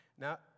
Now